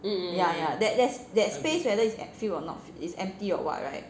yeah yeah that that that space whether it's filled or not filled is empty or what right